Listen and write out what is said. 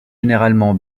généralement